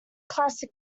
classic